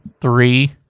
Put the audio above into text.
three